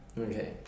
Okay